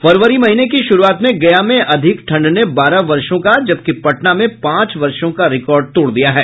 फरवरी महीने की शुरूआत में गया में अधिक ठंड ने बारह वर्षों का जबकि पटना में पांच वर्षों का रिकॉर्ड तोड़ दिया है